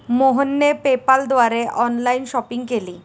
मोहनने पेपाल द्वारे online shopping केली